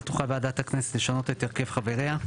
לא תוכל ועדת הכנסת לשנות את הרכב חבריה'.